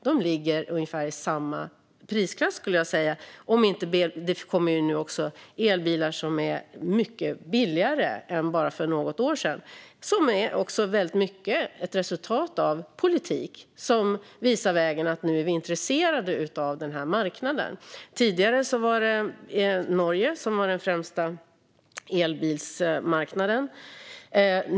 De ligger ungefär i samma prisklass, skulle jag säga. Nu kommer det också elbilar som är mycket billigare än för bara något år sedan. Också det är väldigt mycket ett resultat av politik som visar vägen: Nu är vi intresserade av den här marknaden. Tidigare var Norge den främsta elbilsmarknaden.